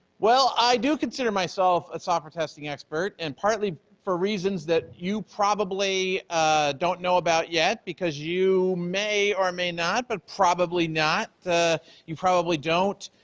well, i do consider myself a software testing expert and partly for reasons that you probably don't know about yet because you may or may not, but probably not, you probably don't